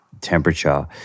temperature